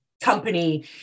company